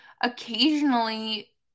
occasionally